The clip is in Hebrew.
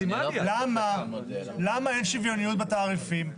למה אין שוויוניות בתעריפים?